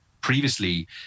previously